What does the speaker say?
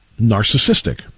narcissistic